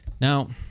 now